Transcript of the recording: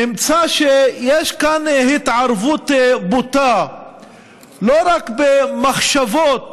נמצא שיש כאן התערבות בוטה לא רק במחשבות